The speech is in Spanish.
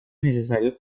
necesario